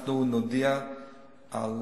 אנחנו נודיע גם על